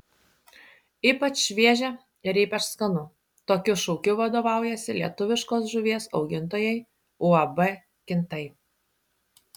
ypač šviežia ir ypač skanu tokiu šūkiu vadovaujasi lietuviškos žuvies augintojai uab kintai